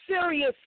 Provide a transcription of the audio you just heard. serious